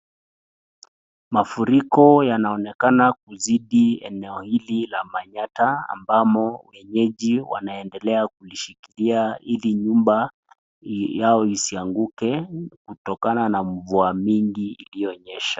Mafuriko yanaonekana yamezidi eneo hili ya manyatta ambao wananchi wanaendelea kushikilia hili nyumba Yao isianguke kutokana na mvua mingi ilionyesha.